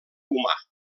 humà